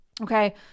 okay